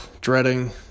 dreading